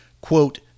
quote